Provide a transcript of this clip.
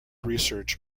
research